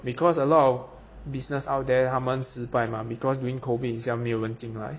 because a lot of business out there 他们失败吗 because during COVID itself 没有人进来